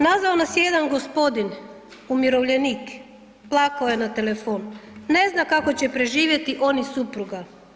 Nazvao nas je jedan gospodin umirovljeni, plakao je na telefon, ne zna kako će preživjeti on i supruga.